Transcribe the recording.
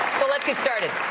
so let's get started.